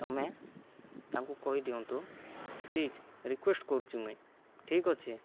ତୁମେ ତାଙ୍କୁ କହିଦିଅନ୍ତୁ ପ୍ଲିଜ୍ ରିକ୍ୱେଷ୍ଟ କରୁଛି ମୁଇଁ ଠିକ୍ଅଛି